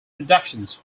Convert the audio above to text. productions